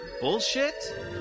bullshit